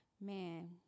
man